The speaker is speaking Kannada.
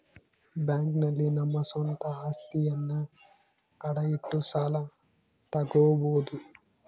ಬ್ಯಾಂಕ್ ನಲ್ಲಿ ನಮ್ಮ ಸ್ವಂತ ಅಸ್ತಿಯನ್ನ ಅಡ ಇಟ್ಟು ಸಾಲ ತಗೋಬೋದು